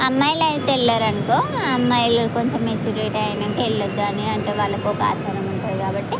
అమ్మాయిలు అయితే వెళ్ళరు అనుకో అమ్మాయిలు కొంచెం మెచ్యూర్ అయినాక వెళ్ళద్దు అని వాళ్ళకు ఒక ఆచారం ఉంటుంది కాబట్టి